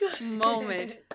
moment